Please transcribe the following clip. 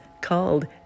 called